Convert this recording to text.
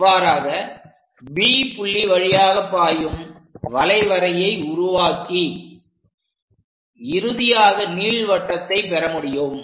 இவ்வாறாக B புள்ளி வழியாக பாயும் வளைவரையை உருவாக்கி இறுதியாக நீள்வட்டத்தை பெறமுடியும்